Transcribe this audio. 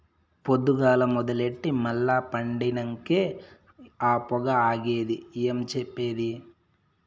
పొద్దుగాల మొదలెట్టి మల్ల పండినంకే ఆ పొగ ఆగేది ఏం చెప్పేది